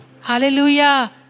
Hallelujah